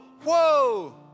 whoa